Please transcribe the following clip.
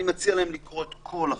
אני מציע להם לקרוא את כל החוק,